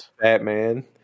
Batman